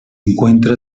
encuentra